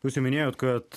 jūs jau minėjot kad